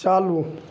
चालू